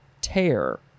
Tear